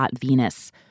Venus